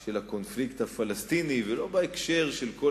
של הקונפליקט הפלסטיני ולא בהקשר של כל